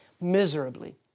miserably